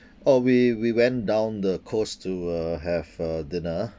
oh we we went down the coast to uh have a dinner